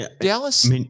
Dallas